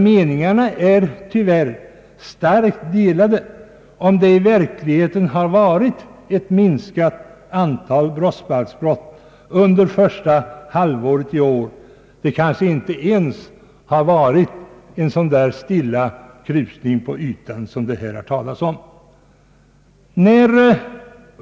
Meningarna är nämligen tyvärr starkt delade om huruvida det i verkligheten har varit ett minskat antal brottsbalksbrott under första halvåret i år. Det kanske inte ens har varit en sådan stilla krusning på ytan som man har talat om här.